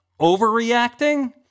overreacting